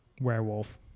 werewolf